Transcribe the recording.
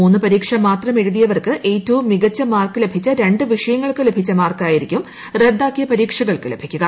മൂന്ന് പരീക്ഷ മാത്രം എഴുതിയവർക്ക് ഏറ്റവും മികച്ച മാർക്ക് ലഭിച്ച രണ്ട് വിഷയങ്ങൾക്ക് ലഭിച്ച മാർക്കായിരിക്കും റദ്ദാക്കിയ വിഷയങ്ങൾക്ക് ലഭിക്കുക